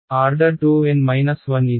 order 2 N 1 ఇది